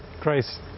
grace